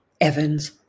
Evans